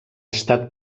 estat